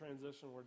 transition